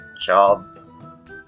job